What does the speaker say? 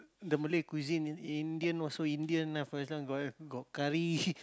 the Malay cuisine In~ Indian also Indian ah for as long as got got curry